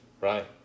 right